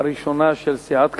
הראשונה של סיעת קדימה,